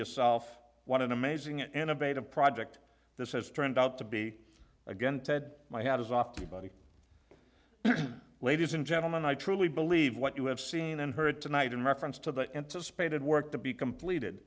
yourself what an amazing and a beta project this has turned out to be again ted my hat is off to you buddy ladies and gentlemen i truly believe what you have seen and heard tonight in reference to the anticipated work to be completed